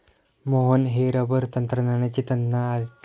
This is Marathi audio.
मोहन हे रबर तंत्रज्ञानाचे तज्ज्ञ आहेत